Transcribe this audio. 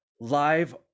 live